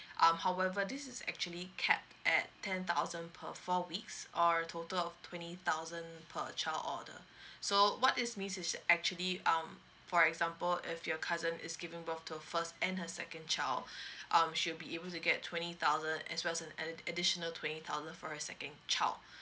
um however this is actually capped at ten thousand per four weeks or a total of twenty thousand per child order so what this means is actually um for example if your cousin is giving birth to first and her second child um she'll be able to get twenty thousand as well as a ad~ additional twenty thousand for a second child